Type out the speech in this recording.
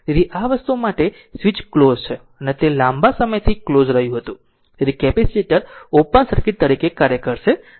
તેથી આ વસ્તુ માટે સ્વીચ ક્લોઝ છે અને તે તે લાંબા સમયથી ક્લોઝ રહ્યું હતું તેથી કેપેસિટર ઓપન સર્કિટ તરીકે કાર્ય કરશે